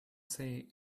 say